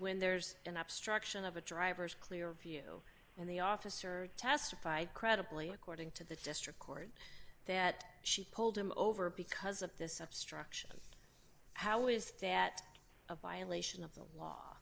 when there's an obstruction of a driver's clear view and the officer testified credibly according to the district court that she pulled him over because of this obstruction how is that a violation of the law